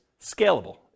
scalable